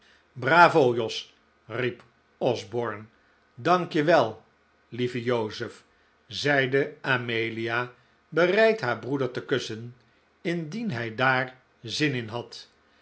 bravo jos riep osborne dank je wel lieve joseph zeide amelia bereid haar broeder te kussen indien hij daar zin in had